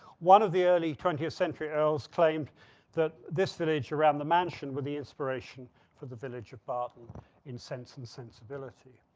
one of the early twentieth century earls claimed that this village around the mansion with the inspiration for the village of barton in sense and sensibility.